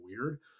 weird